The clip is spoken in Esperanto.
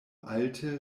alte